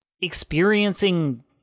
experiencing